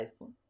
iPhone